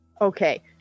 Okay